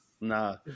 Nah